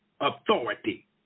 authority